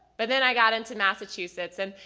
but then i got in to massachusetts and,